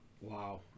wow